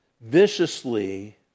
viciously